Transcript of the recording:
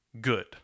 good